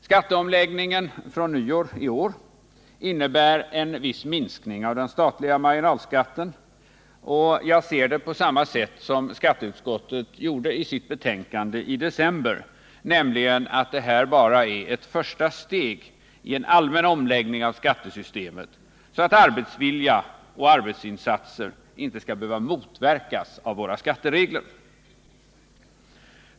Skatteomläggningen fr.o.m. nyår innebär en viss minskning av den statliga marginalskatten, och jag ser det på samma sätt som skatteutskottet gjorde i sitt betänkande i december, nämligen att det här bara är ett första steg i en allmän omläggning av skattesystemet så att arbetsvilja och arbetsinsatser inte skall behöva motverkas av våra skatteregler.